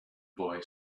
boy